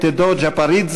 הפרלמנט טֶדוֹ גָ'פַּרִידְזֵה,